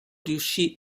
riuscì